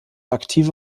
aktive